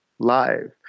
live